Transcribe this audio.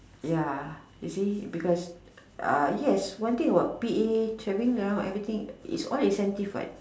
ya you see because uh yes one thing about P_A traveling ya everything it's all incentive what